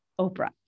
Oprah